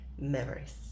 memories